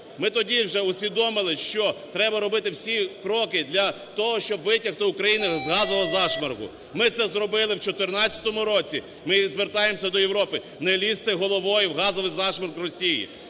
ми тоді вже усвідомили, що треба робити всі кроки для того, щоб витягти Україну з газового зашморгу. Ми це зробили в 2014 році, ми звертаємося до Європи: "Не лізьте головою в газовий зашморг Росії.